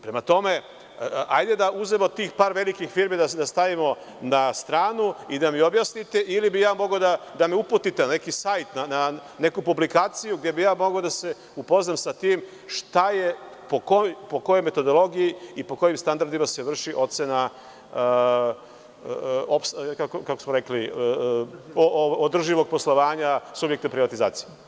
Prema tome, hajde da uzmemo tih par velikih firmi da stavimo na stranu i da mi objasnite ili bih ja mogao da me uputite na neki sajt, na neku publikaciju gde bih ja mogao da se upoznam sa tim šta je po kojoj metodologiji i po kojim standardima se vrši ocena održivog poslovanja subjekta privatizacije.